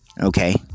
Okay